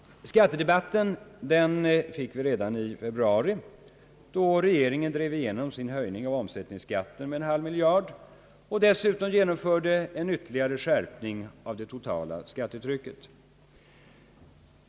Skattedebatten fick vi redan i februari då regeringen drev igenom sin höjning av omsättningsskatten med en halv miljard kronor och dessutom genomförde en ytterligare skärpning av det totala skattetrycket.